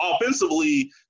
offensively